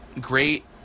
Great